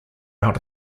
out